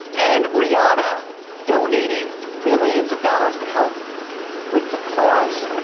and briana donating millions of dollars to help with the cause.